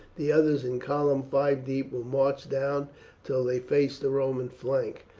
the others in column five deep will march down till they face the roman flank,